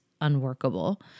unworkable